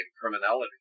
criminality